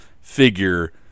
figure